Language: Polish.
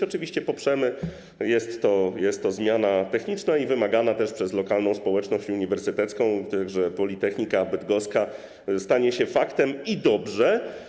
Oczywiście poprzemy to, jest to zmiana techniczna i wymagana też przez lokalną społeczność uniwersytecką, tak że Politechnika Bydgoska stanie się faktem - i dobrze.